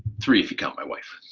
three if you count my wife.